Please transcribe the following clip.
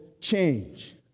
change